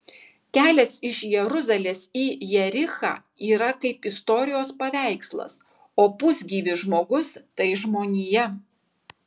kelias iš jeruzalės į jerichą yra kaip istorijos paveikslas o pusgyvis žmogus tai žmonija